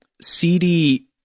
CD